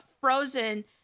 Frozen